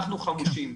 אנחנו חמושים.